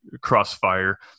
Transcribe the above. crossfire